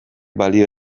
balio